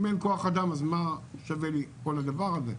אם אין כוח אדם, אז מה שווה לי כל הדבר הזה?